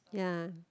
ya